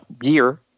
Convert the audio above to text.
year